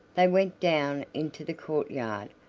they went down into the courtyard,